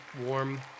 warm